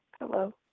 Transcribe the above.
Hello